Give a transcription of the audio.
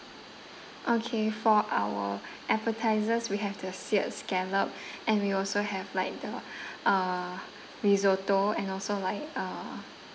okay for our appetisers we have the seared scallop and we also have like the uh risotto and also like uh